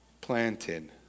planted